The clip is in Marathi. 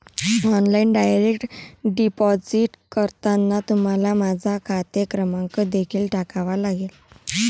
ऑनलाइन डायरेक्ट डिपॉझिट करताना तुम्हाला माझा खाते क्रमांक देखील टाकावा लागेल